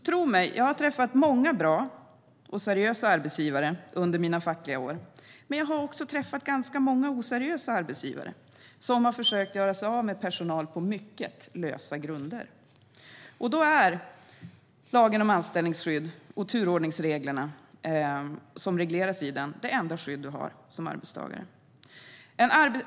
Tro mig, jag har träffat många bra och seriösa arbetsgivare under mina fackliga år, men jag har också träffat många oseriösa arbetsgivare som har försökt göra sig av med personer på mycket lösa grunder. Då är lagen om anställningsskydd och turordningsreglerna som regleras i den det enda skydd man har som arbetstagare.